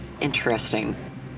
interesting